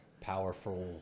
powerful